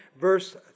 verse